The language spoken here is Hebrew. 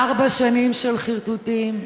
ארבע שנים של חרטוטים,